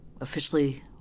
officially